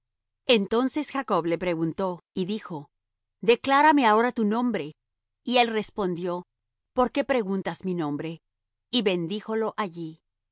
entonces jacob le preguntó y dijo declárame ahora tu nombre y él respondió por qué preguntas por mi nombre y bendíjolo allí